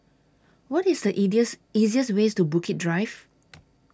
What IS The easiest Way to Bukit Drive